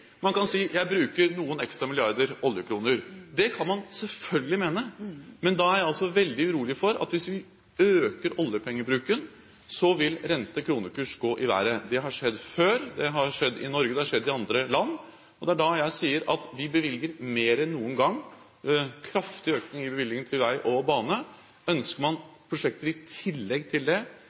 man kan si at vi bruker noen ekstra milliarder oljekroner. Det kan man selvfølgelig mene. Men jeg er veldig urolig for at hvis vi øker oljepengebruken, vil rente- og kronekurs gå i været. Det har skjedd før, det har skjedd i Norge og i andre land. Det er da jeg sier at vi bevilger mer enn noen gang, det er en kraftig økning i bevilgninger til vei og bane. Ønsker man prosjekter i tillegg til det,